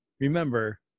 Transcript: remember